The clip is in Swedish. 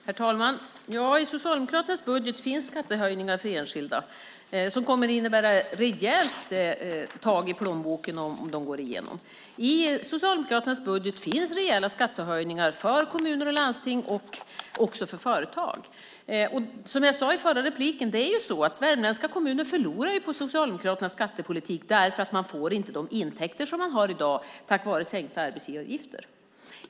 Herr talman! I Socialdemokraternas budget finns skattehöjningar för enskilda som kommer att innebära ett rejält tag i plånboken om de går igenom. I Socialdemokraternas budget finns rejäla skattehöjningar för kommuner, landsting och företag. Som jag sade i mitt förra inlägg förlorar värmländska kommuner på Socialdemokraternas skattepolitik därför att man inte får de intäkter man har i dag tack vare sänkta arbetsgivaravgifter.